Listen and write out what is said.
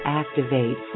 activate